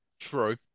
True